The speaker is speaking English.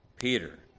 Peter